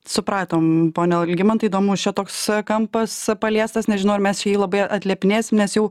supratom pone algimantai įdomus čia toks kampas paliestas nežinau ar mes čia jį labai atliepinėsim nes jau